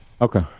Okay